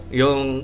yung